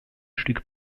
stück